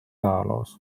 ajaloos